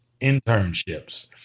internships